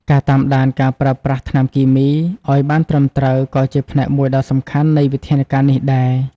ការតាមដានការប្រើប្រាស់ថ្នាំគីមីឲ្យបានត្រឹមត្រូវ ក៏ជាផ្នែកមួយដ៏សំខាន់នៃវិធានការនេះដែរ។